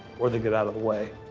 or they get out of the way.